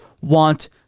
want